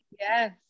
Yes